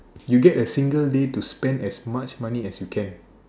you get a single day to spend as much money as you can